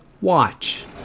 watch